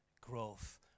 growth